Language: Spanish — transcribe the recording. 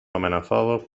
amenazados